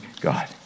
God